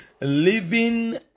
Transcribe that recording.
living